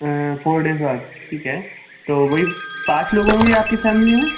four days کے بعد ٹھیک ہے تو وہی پانچ لوگ ہوں گے آپ کی فیملی میں